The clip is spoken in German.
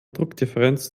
druckdifferenz